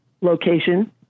location